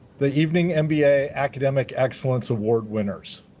the evening mba academic excellence award winners